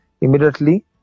immediately